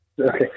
Okay